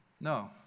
No